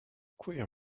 queer